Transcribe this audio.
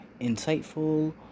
insightful